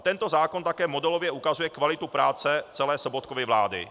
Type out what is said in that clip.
Tento zákon také modelově ukazuje kvalitu práce celé Sobotkovy vlády.